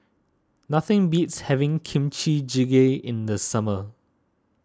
nothing beats having Kimchi Jjigae in the summer